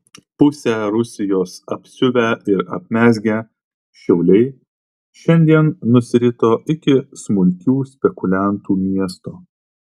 pusę rusijos apsiuvę ir apmezgę šiauliai šiandien nusirito iki smulkių spekuliantų miesto